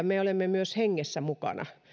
me olemme myös hengessä mukana